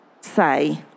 say